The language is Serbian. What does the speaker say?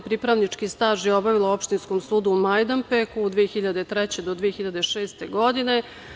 Pripravnički staž je obavila u Opštinskom sudu u Majdanpeku od 2003. do 2006. godine.